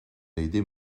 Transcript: aidés